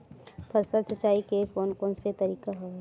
फसल सिंचाई के कोन कोन से तरीका हवय?